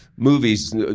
Movies